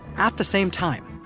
at the same time.